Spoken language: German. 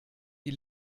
die